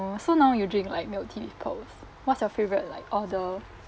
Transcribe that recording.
oh so now your drink like milk tea with pearls what's your favorite like all the